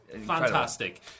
fantastic